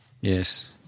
Yes